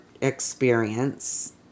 experience